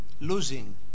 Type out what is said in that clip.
losing